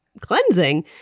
cleansing